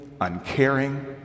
uncaring